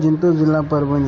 जिंतूर जिल्हा परभणी